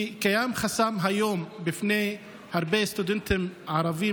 כי קיים כיום חסם בפני הרבה סטודנטים ערבים